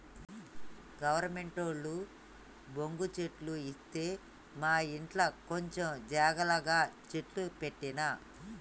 గవర్నమెంటోళ్లు బొంగు చెట్లు ఇత్తె మాఇంట్ల కొంచం జాగల గ చెట్లు పెట్టిన